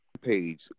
Page